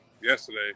yesterday